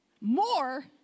more